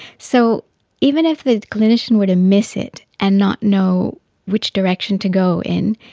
so even if the clinician were to miss it and not know which direction to go in,